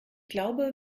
glaube